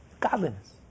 Godliness